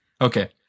Okay